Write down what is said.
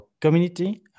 community